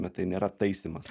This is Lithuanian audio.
bet tai nėra taisymas